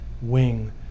wing